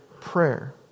prayer